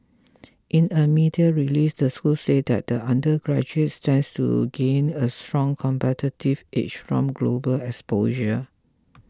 in a media release the school said that the undergraduates stand to gain a strong competitive edge from global exposure